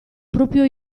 proprio